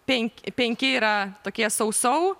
penki penki yra tokie sau sau